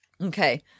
Okay